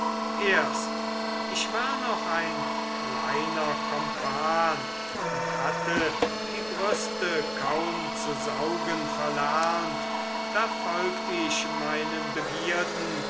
erst ich war noch ein kleiner kompan und hatte die brüste kaum zu saugen verlernt da folgt ich meinen begierden